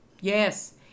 yes